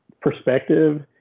perspective